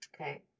Okay